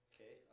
Okay